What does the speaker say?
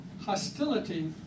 hostility